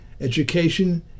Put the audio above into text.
education